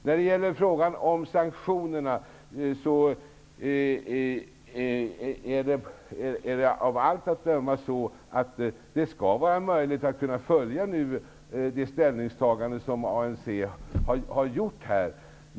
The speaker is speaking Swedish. När det gäller sanktionerna är det av allt att döma möjligt att följa det ställningstagande som ANC har gjort.